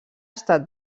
estat